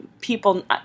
people